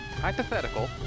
hypothetical